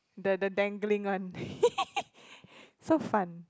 the the the dangling one so fun